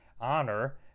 Honor